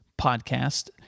podcast